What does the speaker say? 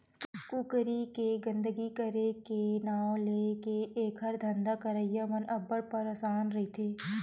कुकरी के गंदगी करे के नांव ले एखर धंधा करइया मन अब्बड़ परसान रहिथे